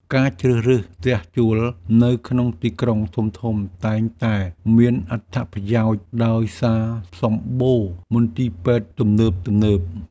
ការជ្រើសរើសផ្ទះជួលនៅក្នុងទីក្រុងធំៗតែងតែមានអត្ថប្រយោជន៍ដោយសារសម្បូរមន្ទីរពេទ្យទំនើបៗ។